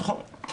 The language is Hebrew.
נכון.